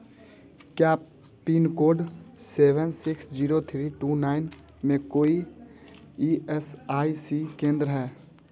क्या pin code seven six zero three two nine में कोई ई एस आई सी केंद्र हैं